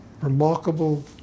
remarkable